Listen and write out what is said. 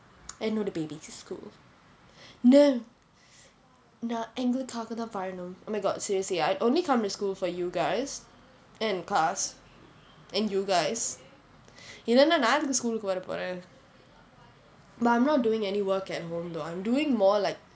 என்னோட:ennoda baby க்கு:kku school நான் எங்களுக்காக தான் வாழனும்:naan engalukkaaka thaan valanum oh my god seriously I only come to school for you guys and cast and you guys இல்லைனா நான் எதுக்கு:illainaa naan ethukku school க்கு வர போறேன்:kku vara poren but I'm not doing any work at home though I'm doing more like